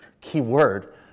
keyword